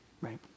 Right